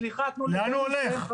סליחה, תנו לי לסיים.